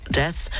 death